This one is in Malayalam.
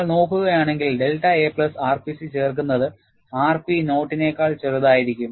നിങ്ങൾ നോക്കുകയാണെങ്കിൽ ഡെൽറ്റ a പ്ലസ് ആർപിസി ചേർക്കുന്നത് ആർപി നോട്ടിനെക്കാൾ ചെറുതായിരിക്കും